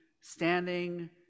standing